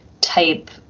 type